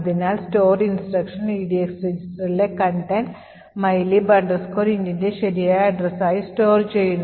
അതിനാൽ store instruction EDX രജിസ്റ്ററിലെ content mylib intന്റെ ശരിയായ address ആയി store ചെയ്യുന്നു